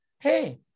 Hey